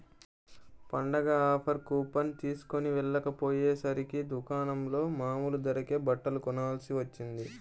పండగ offer coupon తీస్కొని వెళ్ళకపొయ్యేసరికి దుకాణంలో మామూలు ధరకే బట్టలు కొనాల్సి వచ్చింది